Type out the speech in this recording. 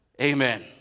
amen